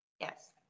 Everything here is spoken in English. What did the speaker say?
Yes